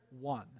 One